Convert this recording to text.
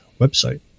website